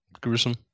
Gruesome